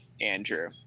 Andrew